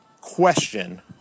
question